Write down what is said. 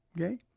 Okay